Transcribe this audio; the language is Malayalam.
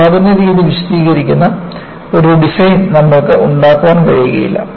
ഉൽപാദന രീതി വിശദീകരിക്കുന്ന ഒരു ഡിസൈൻ നമുക്ക് ഉണ്ടാകാൻ കഴിയില്ല